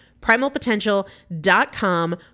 Primalpotential.com